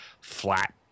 flat